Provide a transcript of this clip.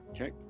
okay